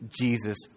Jesus